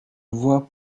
vois